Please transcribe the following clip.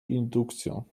indukcją